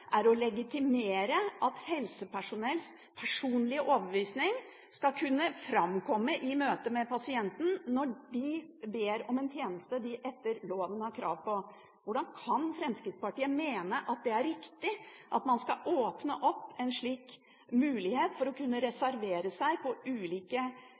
er å legitimere at helsepersonells personlige overbevisninger skal kunne framkomme i møte med pasienten når de ber om en tjeneste som de etter loven har krav på. Hvordan kan Fremskrittspartiet mene det er riktig at man skal åpne opp for en slik mulighet til å reservere seg på ulike